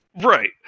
right